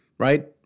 right